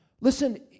Listen